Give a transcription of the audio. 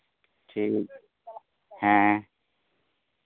ᱴᱷᱤᱠ ᱜᱮᱭᱟ ᱦᱮᱸ